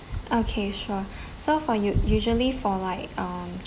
okay sure so for you usually for like um